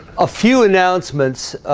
a few announcements